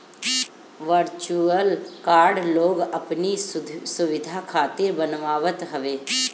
virtual card लोग अपनी सुविधा खातिर बनवावत हवे